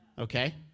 okay